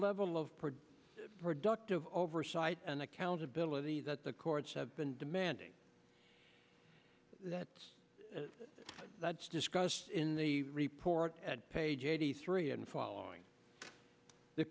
level of productive oversight and accountability that the courts have been demanding that's that's discussed in the report at page eighty three and following the